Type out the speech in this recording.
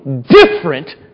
different